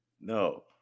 No